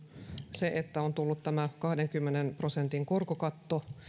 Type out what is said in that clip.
se että on tullut tämä kahdenkymmenen prosentin korkokatto